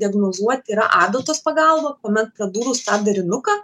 diagnozuot yra adatos pagalba kuomet pradūrus tą darinuką